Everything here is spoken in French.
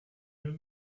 même